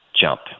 JUMP